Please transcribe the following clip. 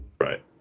Right